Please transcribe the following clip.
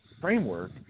framework